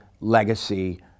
legacy